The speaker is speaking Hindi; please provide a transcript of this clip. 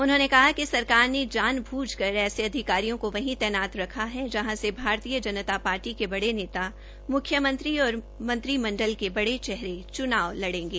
उन्होंने कहा कि सरकार ने जानबूझ कर ऐसे अधिकारियों को वहीं तैनात रखा है जहां से भारतीय जनता पार्टी के बड़े पदाधिकारी मुख्यमंत्री और मंत्रिमंडल के बड़े चेहरे चूनाव लड़ेगे